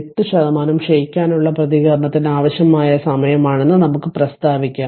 8 ശതമാനം ക്ഷയിക്കാനുള്ള പ്രതികരണത്തിന് ആവശ്യമായ സമയമാണെന്ന് നമുക്ക് പ്രസ്താവിക്കാം